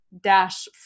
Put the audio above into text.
dash